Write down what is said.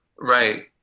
right